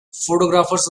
photographers